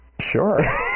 Sure